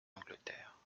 angleterre